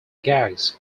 gags